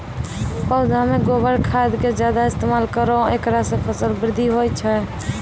पौधा मे गोबर खाद के ज्यादा इस्तेमाल करौ ऐकरा से फसल बृद्धि होय छै?